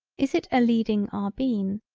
is it a leading are been.